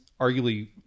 arguably